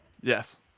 Yes